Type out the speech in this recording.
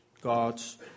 God's